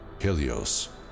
Helios